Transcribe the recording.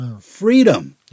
freedom